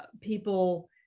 people